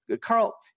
Carl